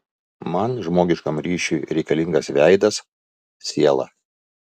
man žmogiškam ryšiui reikalingas veidas siela